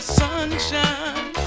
sunshine